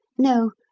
no,